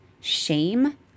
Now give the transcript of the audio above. shame